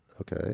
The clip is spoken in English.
Okay